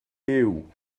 huw